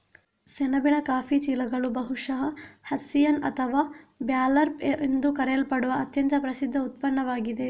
ಸೆಣಬಿನ ಕಾಫಿ ಚೀಲಗಳು ಬಹುಶಃ ಹೆಸ್ಸಿಯನ್ ಅಥವಾ ಬರ್ಲ್ಯಾಪ್ ಎಂದು ಕರೆಯಲ್ಪಡುವ ಅತ್ಯಂತ ಪ್ರಸಿದ್ಧ ಉತ್ಪನ್ನವಾಗಿದೆ